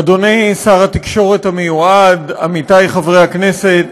אדוני שר התקשורת המיועד, עמיתי חברי הכנסת,